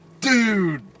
Dude